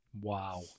Wow